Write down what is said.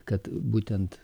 kad būtent